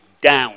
down